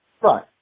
Right